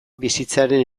bizitzaren